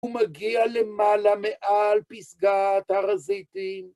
הוא מגיע למעלה מעל פסגת הר הזיתים.